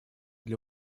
для